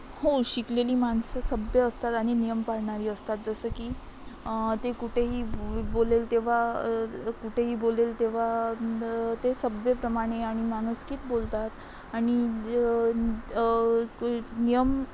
हो शिकलेली माणसं सभ्य असतात आणि नियम पाळणारी असतात जसं की ते कुठेही बोलेल तेव्हा कुठेही बोलेल तेव्हा ते सभ्यप्रमाणे आणि माणुसकीत बोलतात आणि नियम